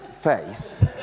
face